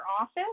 office